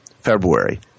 February